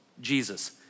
Jesus